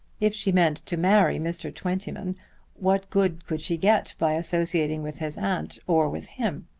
if she meant to marry mr. twentyman what good could she get by associating with his aunt or with him?